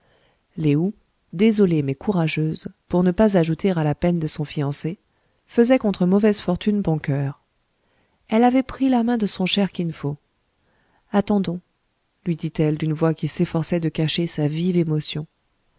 lé ou désolée mais courageuse pour ne pas ajouter à la peine de son fiancé faisait contre fortune bon coeur elle avait pris la main de son cher kin fo attendons lui dit-elle d'une voix qui s'efforçait de cacher sa vive émotion